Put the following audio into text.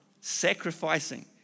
sacrificing